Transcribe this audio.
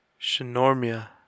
Shinormia